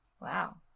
Wow